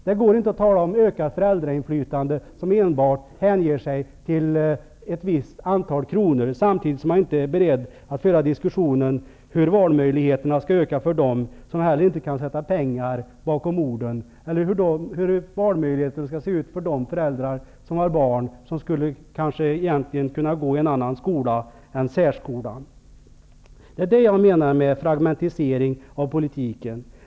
Det går inte att tala om ökat föräldrainflytande som enbart hänger sig till ett visst antal kronor, samtidigt som man inte är beredd att föra diskussionen om vilka valmöjligheter som skall finnas för dem som inte kan sätta pengar bakom orden eller vilka valmöjligheter som skall finnas för de föräldrar som har barn som skulle kunna gå i en annan skola än särskolan. Det är det här jag menar med fragmentering av politiken.